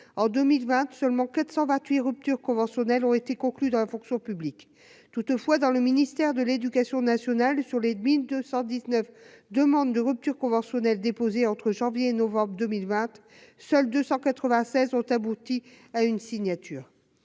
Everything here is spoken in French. en 2020, seulement 428 ruptures conventionnelles ont été conclus dans la fonction publique toutefois dans le ministère de l'Éducation nationale sur les 1219 demandes de rupture conventionnelle déposées entre janvier et novembre 2020, seuls 296 ont abouti à une signature